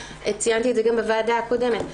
ציינתי את זה גם בוועדה הקודמת,